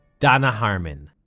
danna harman.